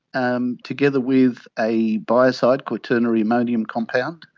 um together with a biocide, quaternary ammonium compound,